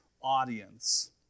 audience